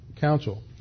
council